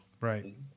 Right